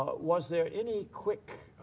was there any quick